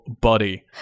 body